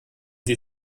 die